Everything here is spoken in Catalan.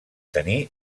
tenir